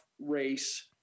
race